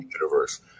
universe